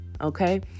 okay